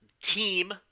Team